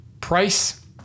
price